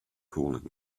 cooling